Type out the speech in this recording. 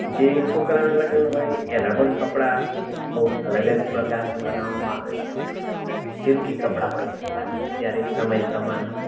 જે છોકરાના લગ્ન હોય એના પણ કપડા બહુ અલગ જ પ્રકારથી બનાવવામાં આવે છે સિલ્કી કપડા હોય છે બધા અત્યારે સમય પ્રમાણે